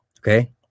Okay